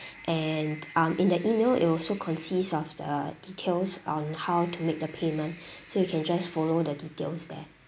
and um in the email it'll also consist of the details on how to make the payment so you can just follow the details there